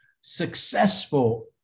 successful